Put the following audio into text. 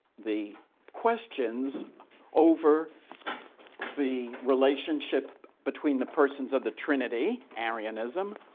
the questions over the relationship between the persons of the trinity, arianism,